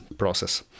process